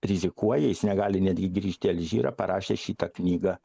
rizikuoja jis negali netgi grįžti į alžyrą parašęs šitą knygą